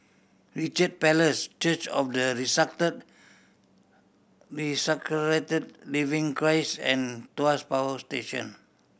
Richard Palace Church of the Resurrected Living Christ and Tuas Power Station